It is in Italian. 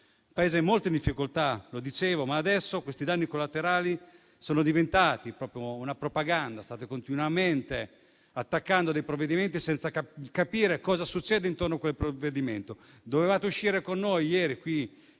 Il Paese è molto in difficoltà, come dicevo, ma adesso questi danni collaterali sono diventati propaganda. State continuamente attaccando i provvedimenti senza capire cosa succede intorno ad essi. Dovevate uscire con noi, ieri,